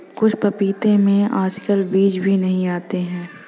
कुछ पपीतों में आजकल बीज भी नहीं आते हैं